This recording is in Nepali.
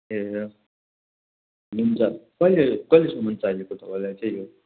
ए हुन्छ कहिले कहिलेसम्म चाहिएको तपाईँलाई चाहिँ यो